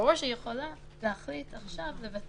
ברור שהיא יכולה להחליט לבטל.